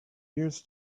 years